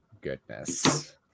goodness